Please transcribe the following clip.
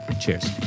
Cheers